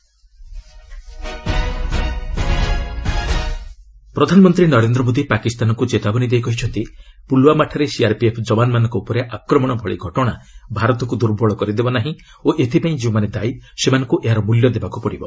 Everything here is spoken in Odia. ରିଭ୍ ପିଏମ୍ ବନ୍ଦେ ଭାରତ ପ୍ରଧାନମନ୍ତ୍ରୀ ନରେନ୍ଦ୍ର ମୋଦି ପାକିସ୍ତାନକୁ ଚେତାବନୀ ଦେଇ କହିଛନ୍ତି ପୁଲୱାମାଠାରେ ସିଆର୍ପିଏଫ୍ ଯବାନମାନଙ୍କ ଉପରେ ଆକ୍ରମଣ ଭଳି ଘଟଣା ଭାରତକୁ ଦୁର୍ବଳ କରିଦେବ ନାହିଁ ଓ ଏଥିପାଇଁ ଯେଉଁମାନେ ଦାୟୀ ସେମାନଙ୍କୁ ଏହାର ମୂଲ୍ୟ ଦେବାକୁ ପଡ଼ିବ